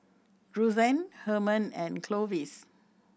Ruthanne Herman and Clovis